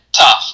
tough